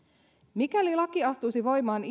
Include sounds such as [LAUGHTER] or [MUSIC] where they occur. mikäli laki astuisi voimaan [UNINTELLIGIBLE]